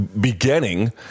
beginning